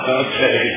okay